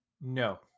No